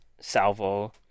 salvo